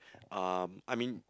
um I mean